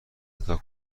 اهدا